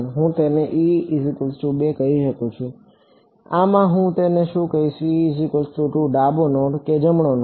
હું તેને કહી શકું છું આમાં હું તેને શું કહીશ ડાબો નોડ કે જમણો નોડ